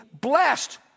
blessed